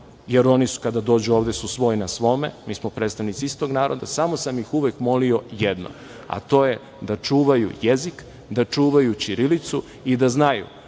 jer oni kada dođu ovde su svoj na svome, mi smo predstavnici istog naroda, samo sam ih uvek molio jedno, a to je da čuvaju jezik , ćirilicu i da znaju